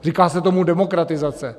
Říká se tomu demokratizace.